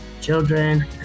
children